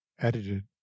edited